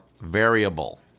variable